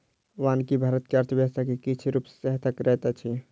वानिकी भारत के अर्थव्यवस्था के किछ रूप सॅ सहायता करैत अछि